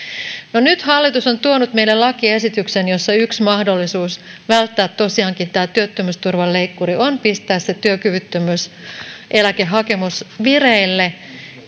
no nyt hallitus on tuonut meille lakiesityksen jossa tosiaankin yksi mahdollisuus välttää tämä työttömyysturvan leikkuri on pistää se työkyvyttömyyseläkehakemus vireille